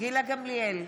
גילה גמליאל,